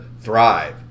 Thrive